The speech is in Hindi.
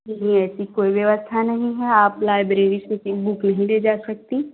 नहीं नहीं ऐसी कोई व्यवस्था नहीं है आप लाइब्रेरी से कहीं बुक नहीं ले जा सकतीं